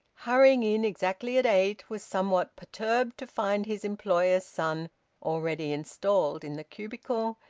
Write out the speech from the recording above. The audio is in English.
hurrying in exactly at eight, was somewhat perturbed to find his employer's son already installed in the cubicle,